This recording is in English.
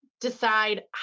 decide